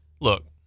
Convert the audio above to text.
Look